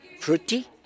fruity